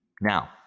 Now